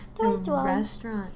restaurant